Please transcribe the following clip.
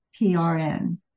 PRN